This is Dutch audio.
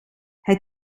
hij